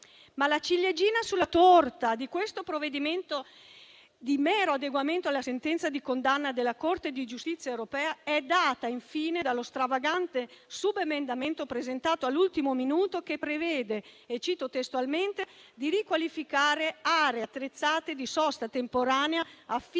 La ciliegina sulla torta di questo provvedimento di mero adeguamento alla sentenza di condanna della Corte di giustizia europea è data infine dallo stravagante subemendamento presentato all'ultimo minuto, che prevede - e lo cito testualmente - di riqualificare aree attrezzate di sosta temporanea a fini